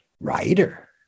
writer